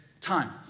time